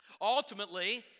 Ultimately